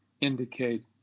indicate